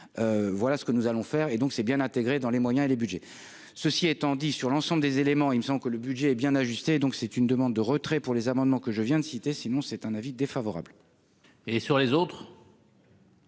voilà ce que nous allons faire et donc c'est bien intégrer dans les moyens et les Budgets, ceci étant dit, sur l'ensemble des éléments, il me semble que le budget est bien ajusté, donc c'est une demande de retrait pour les amendements que je viens de citer, sinon c'est un avis défavorable. Et sur les autres.